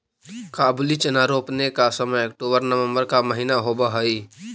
काबुली चना रोपने का समय अक्टूबर नवंबर का महीना होवअ हई